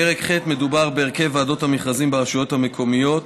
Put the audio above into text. בפרק ח' מדובר על הרכב ועדות המכרזים ברשויות המקומיות.